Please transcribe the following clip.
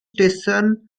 station